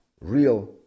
real